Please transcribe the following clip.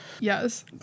Yes